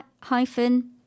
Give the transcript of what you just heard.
hyphen